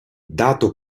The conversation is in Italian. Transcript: dato